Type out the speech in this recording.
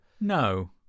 no